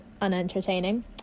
unentertaining